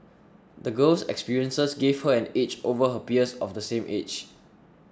the girl's experiences gave her an edge over her peers of the same age